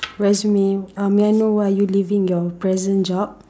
resume um may I know why are you leaving your present job